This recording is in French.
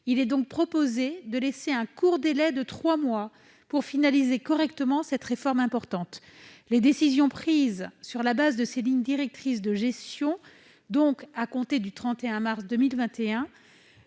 public, nous proposons de laisser un court délai, de trois mois, pour finaliser correctement cette réforme importante. Les décisions prises sur la base de ces lignes directrices de gestion, à compter, donc, du 31 mars 2021,